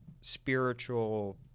spiritual